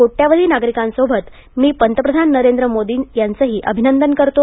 कोट्यावधी नागरिकांसोबत मी पंतप्रधान नरेंद मोदींचे अभिनंदन करतो